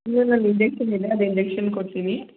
injection ಇದೆ ಅದು injection ಕೊಡ್ತೀನಿ